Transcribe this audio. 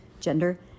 gender